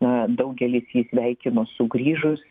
na daugelis jį sveikino sugrįžus